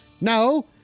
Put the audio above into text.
No